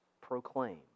proclaim